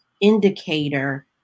indicator